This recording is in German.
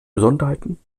besonderheiten